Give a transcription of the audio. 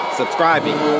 subscribing